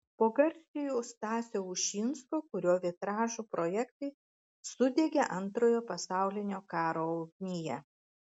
po garsiojo stasio ušinsko kurio vitražų projektai sudegė antrojo pasaulinio karo ugnyje